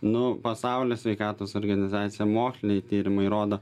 nu pasaulio sveikatos organizacija moksliniai tyrimai rodo